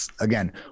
again